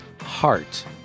heart